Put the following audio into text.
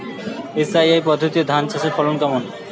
SRI পদ্ধতিতে ধান চাষের ফলন কেমন?